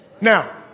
Now